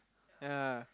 yeah